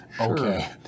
Okay